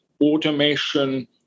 automation